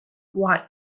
white